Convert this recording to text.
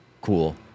cool